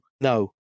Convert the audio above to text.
no